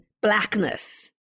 blackness